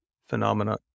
phenomenon